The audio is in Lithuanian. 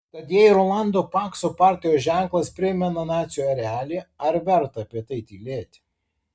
tad jei rolando pakso partijos ženklas primena nacių erelį ar verta apie tai tylėti